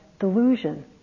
delusion